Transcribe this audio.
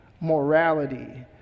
Morality